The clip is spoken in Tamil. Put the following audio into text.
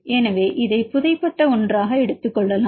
எனவே இதை புதை பட்ட ஒன்றாக எடுத்துக்கொள்ளலாம்